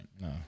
No